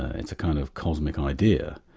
it's a kind of cosmic idea,